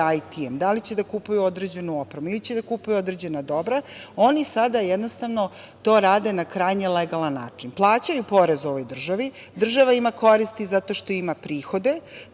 da li će da kupuju određenu opremu ili da kupuju određena dobra, oni sada jednostavno to rade na krajnje legalan način. Plaćaju porez ovoj državi, država ima koristi zato što ima prihode